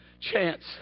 chance